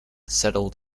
settled